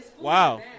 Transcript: Wow